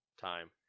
time